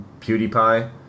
PewDiePie